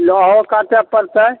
नहो काटय पड़तय